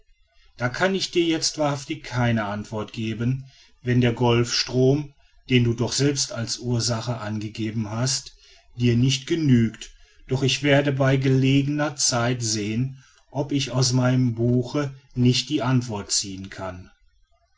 da kann ich dir jetzt wahrhaftig keine antwort geben wenn der golfstrom den du doch selbst als ursache angegeben hast dir nicht genügt doch ich werde bei gelegener zeit sehen ob ich aus meinem buche nicht die antwort ziehen kann